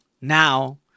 now